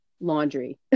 laundry